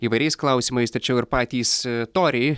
įvairiais klausimais tačiau ir patys toriai